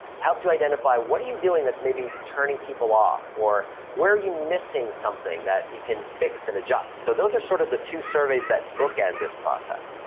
helps you identify what are you doing that's maybe turning people off or were you missing something that you can fix and adjust? so, those are sort of the two surveys that bookend this process.